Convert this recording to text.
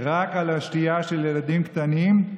רק על השתייה של ילדים קטנים,